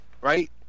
right